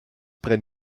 pren